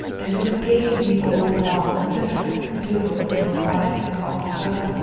and from a gate in the old wall a sentry with a bugle blew a quiet all's well.